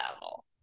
level